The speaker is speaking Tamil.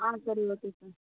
ஆ சரி ஓகே சார்